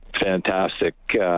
fantastic